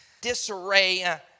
disarray